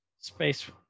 Space